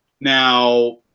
Now